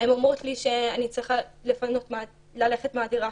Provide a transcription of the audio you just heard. הם אומרים לי שאני צריכה ללכת מהדירה